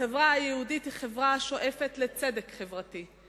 החברה היהודית היא חברה השואפת לצדק חברתי,